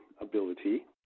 ability